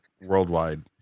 worldwide